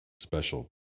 special